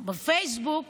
בפייסבוק